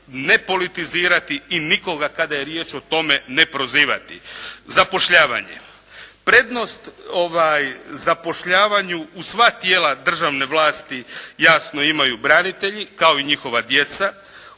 ne politizirati i nikoga kada je riječ o tome ne prozivati. Zapošljavanje. Prednost zapošljavanju u sva tijela državne vlasti jasno imaju branitelji kao i njihova djeca.